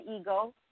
ego